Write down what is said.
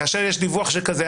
כאשר יש דיווח כזה,